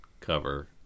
cover